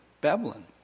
Babylon